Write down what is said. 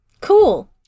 Cool